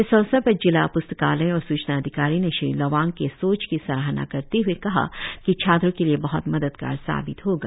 इस अवसर पर जिला प्स्तकालय और स्चना अधिकारी ने श्री लोवांग के सोच की सराहना करते हए कहा की छात्रो के लिए यह मददगार साबित होगा